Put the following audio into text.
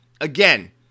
again